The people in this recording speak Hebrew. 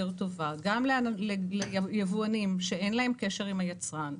טובה גם ליבואנים שאין להם קשר עם היצרן,